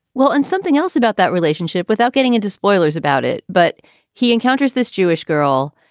well and something else about that relationship without getting into spoilers about it but he encounters this jewish girl.